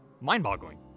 mind-boggling